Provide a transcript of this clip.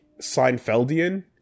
Seinfeldian